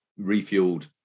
refueled